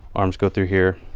arms go through here.